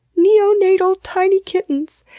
neonatal tiny kittens!